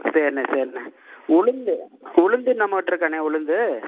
சரிண்ணே சரிண்ணே உளுந்து உளுந்து நம்மக்கிட்ட இருக்காண்ணே உளுந்து